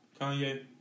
Kanye